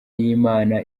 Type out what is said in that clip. y’imana